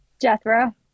Jethro